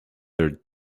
their